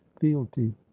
fealty